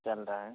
चल रहा है